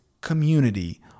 community